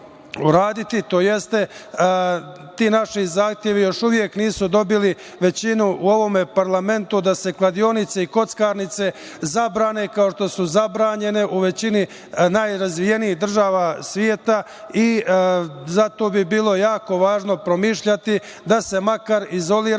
to jeste, ti naši zahtevi još uvek nisu dobili većinu u ovom parlamentu da se kladionice i kockarnice zabrane kao što su zabranjene u većini najrazvijenijih država sveta. Zato bi bilo jako važno promišljati da se makar izoliraju,